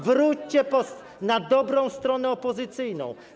Wróćcie na dobrą stronę opozycyjną.